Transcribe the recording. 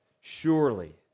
Surely